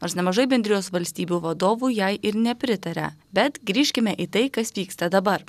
nors nemažai bendrijos valstybių vadovų jai ir nepritaria bet grįžkime į tai kas vyksta dabar